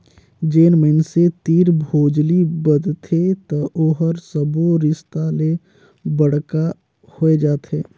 जेन मइनसे तीर भोजली बदथे त ओहर सब्बो रिस्ता ले बड़का होए जाथे